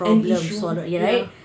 an issue ya